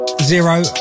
Zero